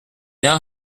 now